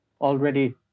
already